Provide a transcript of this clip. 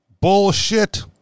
Bullshit